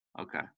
Okay